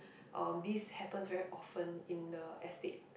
um this happens very often in the estate